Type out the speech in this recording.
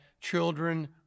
children